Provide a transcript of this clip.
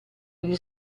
gli